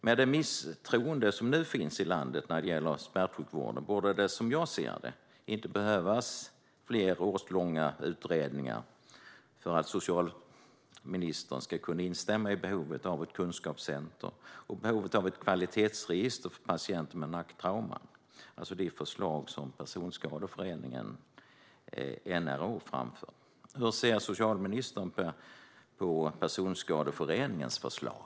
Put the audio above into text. Med det misstroende som nu finns i landet när det gäller smärtsjukvården borde det, som jag ser det, inte behövas fler årslånga utredningar för att socialministern ska kunna instämma i behovet av ett kunskapscentrum och ett kvalitetsregister för patienter med nacktrauman - alltså de förslag som Personskadeföreningen NRH framför. Hur ser socialministern på Personskadeföreningens förslag?